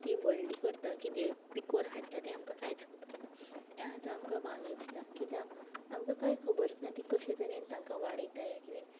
तीं व्हडलीं करता किदें पिकोवन हाडटा तें आमकां कांयच खबर ना तें आज आमकां भानूच ना किद्याक आमकां कांय खबरूच ना तीं कशे तरेन तांकां वाडयता या किदें